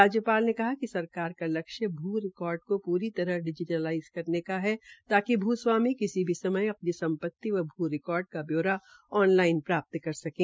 राज्यपाल ने कहा कि सरकार का लक्ष्य भू रिकार्ड का पूरी रतह से डिजीटलाईज़ करने का है ताकि भू स्वामी किसी भी समय अपनी सम्पति व भूमि रिकार्ड का ब्यौरा ऑन लाइन प्राप्त कर सकें